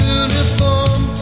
uniform